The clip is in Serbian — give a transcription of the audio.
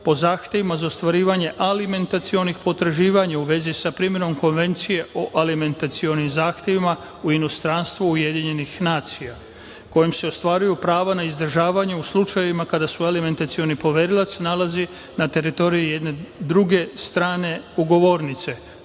po zahtevima za ostvarivanje alimentacionih potraživanja u vezi sa primenom Konvencije o alimentacionim zahtevima, u inostranstvu UN, kojom se ostvaruju prava na izdržavanje u slučajevima kada su alimentacioni poverilac nalazi na teritoriji jedne druge strane ugovornice,